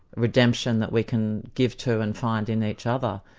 redemption that we can give to and find in each other,